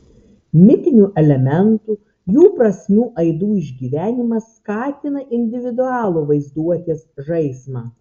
mitinių elementų jų prasmių aidų išgyvenimas skatina individualų vaizduotės žaismą